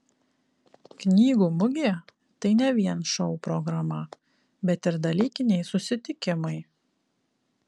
knygų mugė tai ne vien šou programa bet ir dalykiniai susitikimai